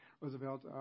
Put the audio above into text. Roosevelt